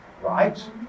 right